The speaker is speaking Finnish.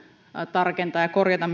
tarkentaa ja korjata